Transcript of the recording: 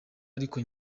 ariko